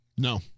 No